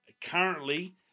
currently